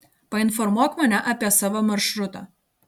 painformuok mane apie savo maršrutą